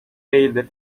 değildir